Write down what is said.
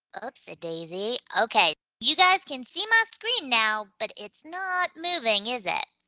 oops-a-daisy. okay. you guys can see my screen now, but it's not moving, is it?